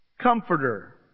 comforter